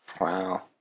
Wow